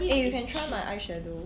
eh you can try my eye shadow